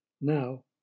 Now